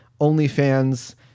OnlyFans